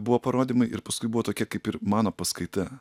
buvo parodymai ir paskui buvo tokia kaip ir mano paskaita